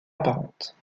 apparentes